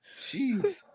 Jeez